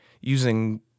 using